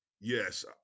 Yes